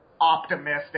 optimistic